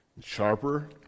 sharper